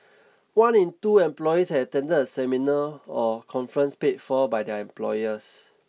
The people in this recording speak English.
one in two employees had attended a seminar or conference paid for by their employers